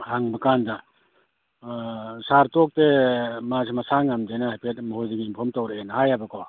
ꯍꯪꯕ ꯀꯥꯟꯗ ꯑꯥ ꯁꯥꯔ ꯇꯣꯛꯇꯦ ꯃꯥꯁꯤ ꯃꯁꯥ ꯉꯝꯗꯦꯅ ꯍꯥꯏꯐꯦꯠ ꯃꯣꯏꯗꯒꯤ ꯏꯟꯐꯣꯝ ꯇꯧꯔꯛꯑꯦꯅ ꯍꯥꯏꯌꯦꯕꯀꯣ